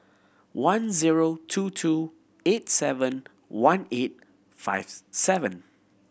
one zero two two eight seven one eight five seven